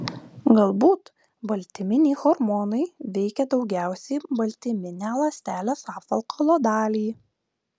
galbūt baltyminiai hormonai veikia daugiausiai baltyminę ląstelės apvalkalo dalį